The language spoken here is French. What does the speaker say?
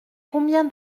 combien